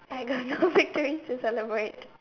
I got no victories to celebrate